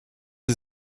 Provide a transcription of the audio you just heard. sie